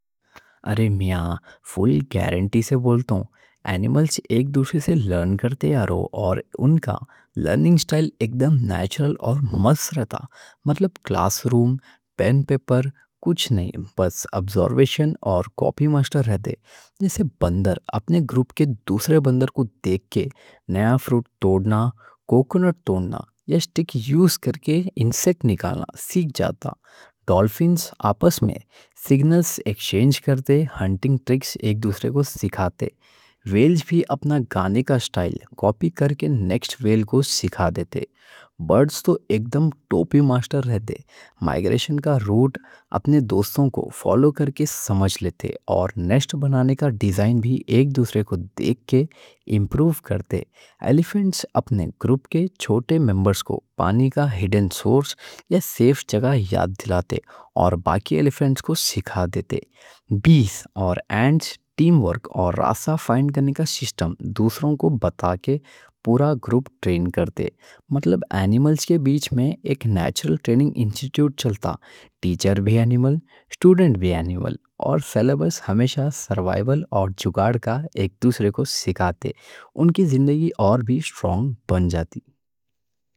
ارے میہ فل گیارنٹی سے بولتوں۔ انیملز ایک دوسری سے لرن کرتے یارو اور ان کا لرننگ اسٹائل اکدم نیچرل اور مزہ رہتا۔ مطلب کلاس روم پین پیپر کچھ نہیں، بس آبزرویشن اور کاپی ماسٹر رہتے۔ جیسے بندر اپنے گروپ کے دوسرے بندر کو دیکھ کے نیا فروٹ توڑنا، کوکونٹ توڑنا یا اسٹک یوز کر کے انسیک نکالنا سیکھ جاتا۔ ڈالفینز آپس میں سگنلز ایکسچینج کرتے ہنٹنگ ٹرکس ایک دوسرے کو سکھاتے۔ ویلز بھی اپنا گانے کا اسٹائل کاپی کر کے نیکسٹ ویل کو سکھا دیتے۔ برڈز تو اکدم کاپی ماسٹر رہتے، مائگریشن کا روٹ اپنے دوستوں کو فالو کر کے سمجھ لیتے۔ اور نیسٹ بنانے کا ڈیزائن بھی ایک دوسرے کو دیکھ کے امپروف کرتے۔ الیفنٹس اپنے گروپ کے چھوٹے ممبرز کو پانی کا ہیڈن سورس یا سیف جگہ یاد دلاتے اور باقی الیفنٹس کو سکھا دیتے۔ بیز اور اینٹس ٹیم ورک اور راستہ فائنڈ کرنے کا سسٹم دوسروں کو بتا کے پورا گروپ ٹرین کرتے۔ مطلب انیملز کے بیچ میں ایک نیچرل ٹریننگ انسٹی ٹیوٹ چلتا۔ ٹیچر بھی انیمل، ہمیشہ سروائیول اور جگاڑ کا ایک دوسرے کو سکھاتے۔ ان کی زندگی اور بھی سٹرونگ بن جاتی۔